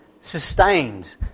sustained